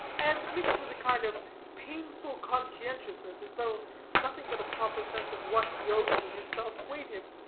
and mixed with a kind of painful conscientiousness, as though nothing but a proper sense of what he owed to himself swayed him.